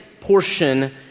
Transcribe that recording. portion